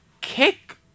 kick